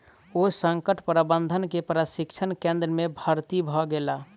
ओ संकट प्रबंधन के प्रशिक्षण केंद्र में भर्ती भ गेला